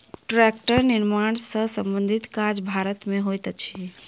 टेक्टरक निर्माण सॅ संबंधित काज भारत मे होइत अछि